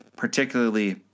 particularly